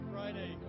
Friday